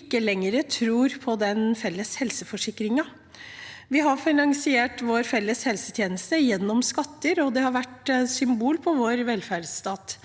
ikke lenger tror på den felles helseforsikringen. Vi har finansiert vår felles helsetjeneste gjennom skatter, og det har vært et symbol på vår velferdsstat.